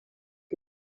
que